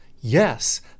Yes